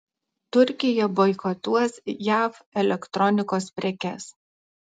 turkija boikotuos jav elektronikos prekes